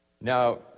Now